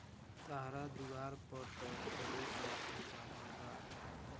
तहरा दुआर पर त ढेरे सरसो जामल बा